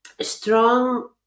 strong